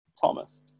Thomas